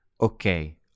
Okay